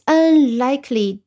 unlikely